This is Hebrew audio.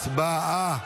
הצבעה.